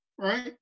right